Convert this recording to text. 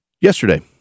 Yesterday